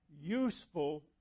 useful